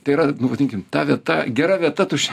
tai yra nu vadinkim ta vieta gera vieta tuščia